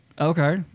Okay